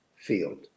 field